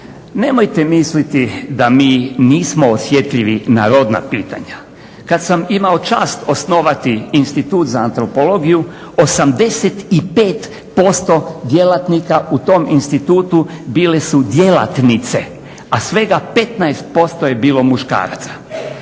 Nemojte misliti da mi nismo osjetljivi na rodna pitanja. Kada sam imao čast osnovati Institut za antropologiju 85% djelatnika u tom institutu bile su djelatnice, a svega 15% je bilo muškaraca.